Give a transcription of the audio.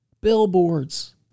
Billboards